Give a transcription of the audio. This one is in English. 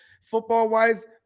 football-wise